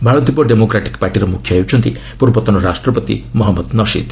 ମାଳଦୀପ ଡେମୋକ୍ରାଟିକ୍ ପାର୍ଟିର ମୁଖ୍ୟ ହେଉଛନ୍ତି ପୂର୍ବତନ ରାଷ୍ଟ୍ରପତି ମହମ୍ମଦ ନଶିଦ୍